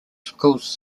schools